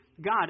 God